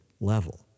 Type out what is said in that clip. level